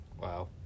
Wow